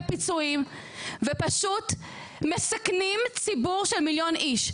פיצויים ופשוט מסכנים ציבור של מיליון איש.